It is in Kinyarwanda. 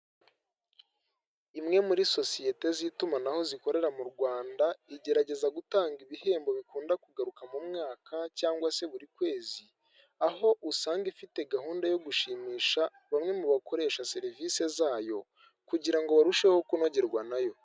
Imwe muri sosiyete z'itumanaho zikorera mu Rwanda, igerageza gutanga ibihembo bikunda kugaruka mu mwaka, cyangwa se buri kwezi. Aho usanga ifite gahunda yo gushimisha bamwe mu bakoresha serivisi zayo, kugira ngo barusheho kunogerwa nayo.